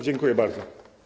Dziękuję bardzo.